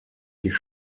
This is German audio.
dich